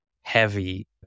heavy